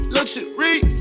Luxury